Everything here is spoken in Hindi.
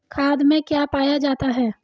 खाद में क्या पाया जाता है?